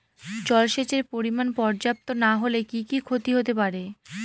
জলসেচের পরিমাণ পর্যাপ্ত না হলে কি কি ক্ষতি হতে পারে?